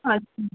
अच्छा